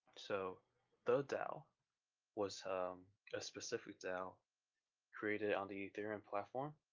so the dao was a specific dao created on the ethereum platform.